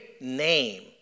name